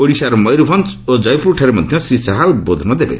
ଓଡ଼ିଶାର ମୟରଭଞ୍ଜ ଓ ଜୟପୁରଠାରେ ମଧ୍ୟ ଶ୍ରୀ ଶାହା ଉଦ୍ବୋଧନ ଦେବେ